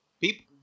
People